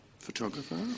Photographer